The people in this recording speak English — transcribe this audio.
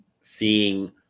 seeing